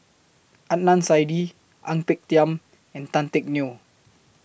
Adnan Saidi Ang Peng Tiam and Tan Teck Neo